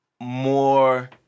more